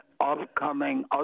upcoming